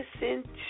listen